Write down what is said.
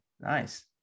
nice